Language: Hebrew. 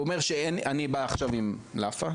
אני בא עכשיו עם לאפה,